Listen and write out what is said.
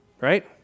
Right